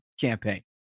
campaign